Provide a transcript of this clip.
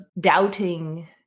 doubting